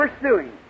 pursuing